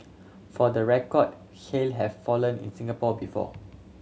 for the record hail have fallen in Singapore before